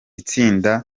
itsinda